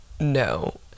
no